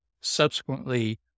subsequently